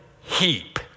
heap